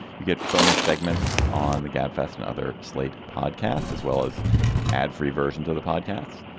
you get bonus segments on the gab fest and other slate podcasts as well as ad free versions of the podcasts.